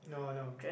no no